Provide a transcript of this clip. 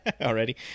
Already